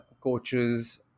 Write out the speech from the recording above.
coaches